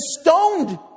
stoned